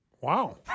Wow